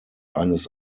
eines